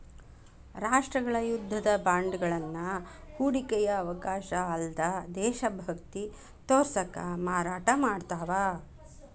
ರಾಷ್ಟ್ರಗಳ ಯುದ್ಧದ ಬಾಂಡ್ಗಳನ್ನ ಹೂಡಿಕೆಯ ಅವಕಾಶ ಅಲ್ಲ್ದ ದೇಶಭಕ್ತಿ ತೋರ್ಸಕ ಮಾರಾಟ ಮಾಡ್ತಾವ